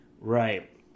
Right